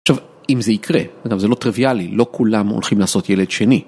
עכשיו, אם זה יקרה, וגם זה לא טריוויאלי, לא כולם הולכים לעשות ילד שני.